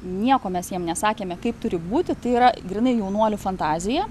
nieko mes jiem nesakėme kaip turi būti tai yra grynai jaunuolių fantazija